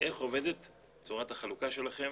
איך עובדת צורת החלוקה שלכם